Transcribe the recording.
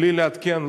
בלי לעדכן,